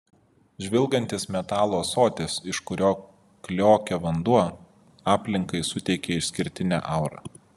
žvilgantis metalo ąsotis iš kurio kliokia vanduo aplinkai suteikia išskirtinę aurą